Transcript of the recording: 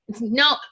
no